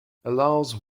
allows